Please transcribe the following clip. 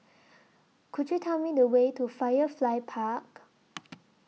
Could YOU Tell Me The Way to Firefly Park